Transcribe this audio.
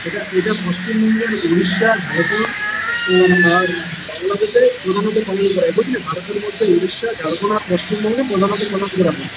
এটা এটা পশ্চিমবঙ্গের উড়িষ্যা আর ঝাড়খন্ড আর বাংলাদেশে প্রধানত পালন করা হয় ভারতের মধ্যে উড়িষ্যা ঝাড়খন্ড আর পশ্চিমবঙ্গে প্রধানত পালন করা হয়